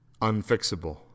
unfixable